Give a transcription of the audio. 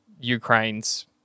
Ukraine's